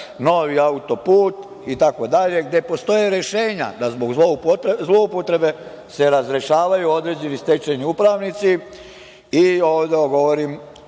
novi autoput, gde postoje rešenja da zbog zloupotrebe se razrešavaju određeni stečajni upravnici. Ovde govorim